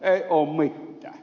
ei oo mittää